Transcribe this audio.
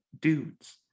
dudes